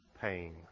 pain